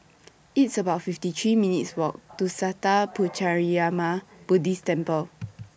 It's about fifty three minutes' Walk to Sattha Puchaniyaram Buddhist Temple